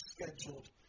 scheduled